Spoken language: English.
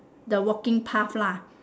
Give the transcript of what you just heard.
the walking path lah